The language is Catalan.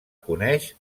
coneix